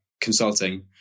consulting